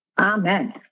Amen